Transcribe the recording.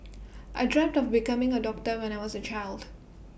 I dreamt of becoming A doctor when I was A child